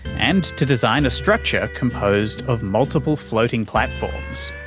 and to design a structure composed of multiple floating platforms.